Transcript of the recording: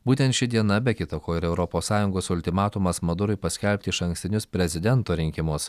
būtent ši diena be kita ko ir europos sąjungos ultimatumas madurui paskelbti išankstinius prezidento rinkimus